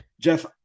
jeff